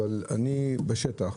אבל אני פועל בשטח.